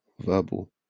verbal